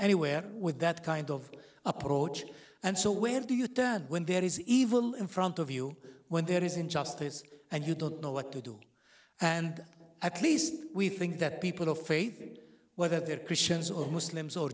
anywhere with that kind of approach and so where do you turn when there is evil in front of you when there is injustice and you don't know what to do and at least we think that people of faith whether they're christians or muslims